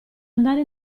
andare